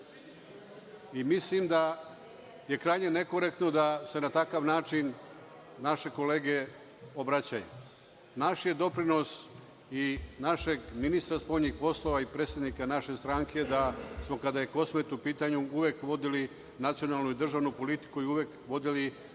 Mislim da je krajnje nekorektno da se na takav način naše kolege obraćaju. Naš je doprinos i našeg ministra spoljnih poslova i predsednika naše stranke da smo kada je Kosmet u pitanju uvek vodili nacionalnu i državnu politiku i uvek vodili